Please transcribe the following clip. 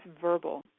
verbal